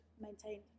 maintained